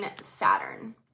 Saturn